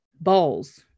balls